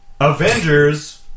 Avengers